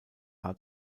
hat